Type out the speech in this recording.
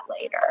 later